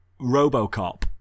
RoboCop